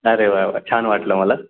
अरे वा वा छान वाटलं मला